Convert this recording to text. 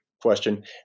question